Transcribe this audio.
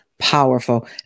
powerful